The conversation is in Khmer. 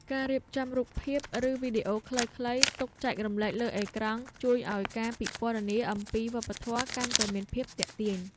ការរៀបចំរូបភាព ឬវីដេអូខ្លីៗទុកចែករំលែកលើអេក្រង់ ជួយឱ្យការពិពណ៌នាអំពីវប្បធម៌កាន់តែមានភាពទាក់ទាញ។